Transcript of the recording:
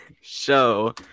show